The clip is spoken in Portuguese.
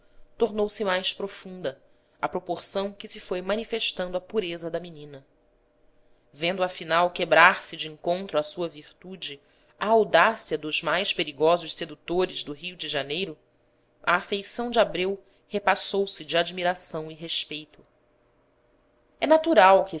tornou-se mais profunda à proporção que se foi manifestando a pureza da menina vendo afinal quebrar-se de encontro à sua virtude a audácia dos mais perigosos sedutores do rio de janeiro a afeição de abreu repassou se de admiração e respeito é natural